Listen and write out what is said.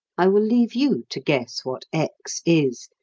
i will leave you to guess what x is,